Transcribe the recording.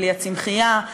בלי הצמחייה.